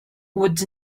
would